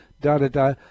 da-da-da